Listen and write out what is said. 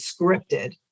scripted